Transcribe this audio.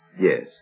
Yes